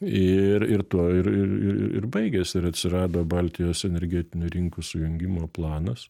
ir ir tuo ir ir baigėsi ir atsirado baltijos energetinių rinkų sujungimo planas